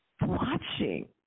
watching